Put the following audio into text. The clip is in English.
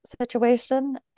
situation